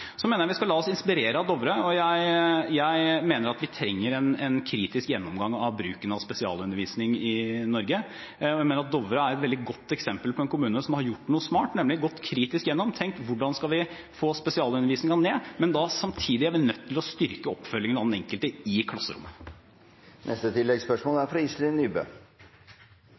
Så mener jeg vi skal la oss inspirere av Dovre. Jeg mener at vi trenger en kritisk gjennomgang av bruken av spesialundervisning i Norge. Jeg mener at Dovre er et veldig godt eksempel på en kommune som har gjort noe smart. Den har nemlig gått kritisk igjennom og tenkt på hvordan vi skal få spesialundervisningen ned. Men da er vi samtidig nødt til å styrke oppfølgingen av den enkelte i klasserommet. Iselin Nybø – til oppfølgingsspørsmål. Det er